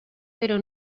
pero